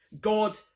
God